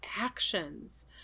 actions